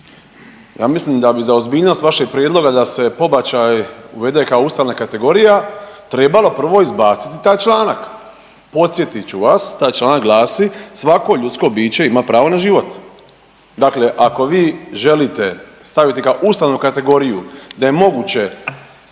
Ja mislim da bi za ozbiljnost vašeg prijedloga da se pobačaj uvede kao ustavna kategorija trebalo prvo izbaciti taj članak. Podsjetiti ću vas taj članak glasi, svako ljudsko biće ima pravo na život. Dakle, ako vi želite staviti kao ustavnu kategoriju da je moguće